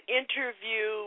interview